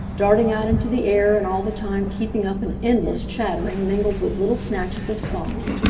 darting out into the air and all the time keeping up an endless chattering mingled with little snatches of song.